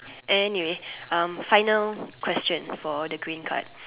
and anyway um final question for the green cards